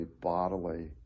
bodily